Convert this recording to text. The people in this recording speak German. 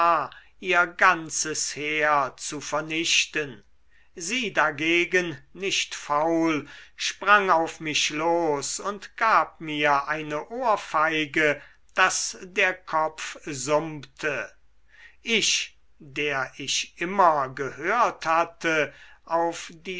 ihr ganzes heer zu vernichten sie dagegen nicht faul sprang auf mich los und gab mir eine ohrfeige daß der kopf summte ich der ich immer gehört hatte auf